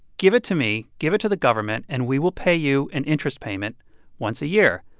give it to me, give it to the government. and we will pay you an interest payment once a year.